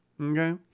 okay